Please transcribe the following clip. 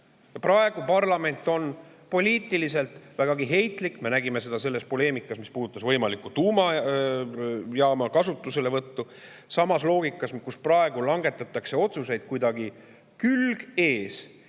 Praegu parlament on poliitiliselt vägagi heitlik. Me nägime seda selles poleemikas, mis puudutas võimalikku tuumajaama kasutuselevõttu. Kehtib sama loogika, mille puhul praegu langetatakse otsuseid kuidagi, külg ees,